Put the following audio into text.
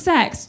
Sex